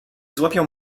złapią